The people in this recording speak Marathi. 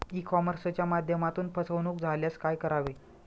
ई कॉमर्सच्या माध्यमातून फसवणूक झाल्यास काय करावे?